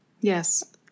Yes